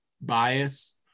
bias